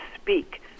speak